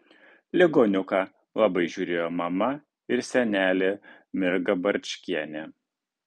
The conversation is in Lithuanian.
ligoniuką labai žiūrėjo mama ir senelė mirga barčkienė